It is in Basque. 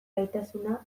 gaitasuna